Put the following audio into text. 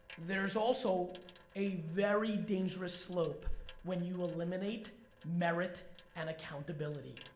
there's also a very dangerous slope when you eliminate merit and accountability.